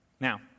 Now